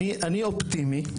אני אופטימי.